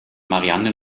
marianne